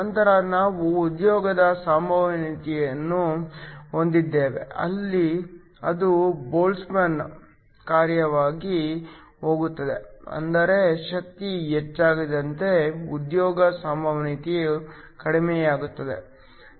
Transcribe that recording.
ನಂತರ ನಾವು ಉದ್ಯೋಗದ ಸಂಭವನೀಯತೆಯನ್ನು ಹೊಂದಿದ್ದೇವೆ ಅದು ಬೋಲ್ಟ್ಜ್ಮನ್ ಕಾರ್ಯವಾಗಿ ಹೋಗುತ್ತದೆ ಅಂದರೆ ಶಕ್ತಿ ಹೆಚ್ಚಾದಂತೆ ಉದ್ಯೋಗ ಸಂಭವನೀಯತೆ ಕಡಿಮೆಯಾಗುತ್ತದೆ